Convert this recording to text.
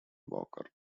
walker